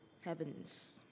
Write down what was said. heavens